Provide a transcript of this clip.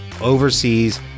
overseas